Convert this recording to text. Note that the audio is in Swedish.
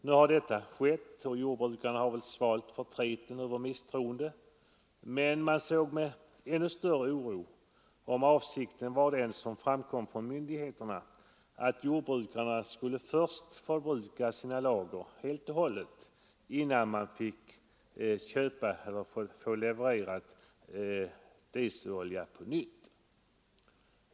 Nu är ju ransoneringen slut, och jordbrukarna har väl svalt förtreten över misstroendet, men de såg med ännu större oro — om myndigheternas avsikt verkligen var denna — att de först helt och hållet skulle förbruka sina lager innan de skulle få köpa dieselolja eller få sådan levererad på nytt.